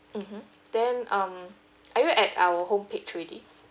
mmhmm then um are you at our homepage already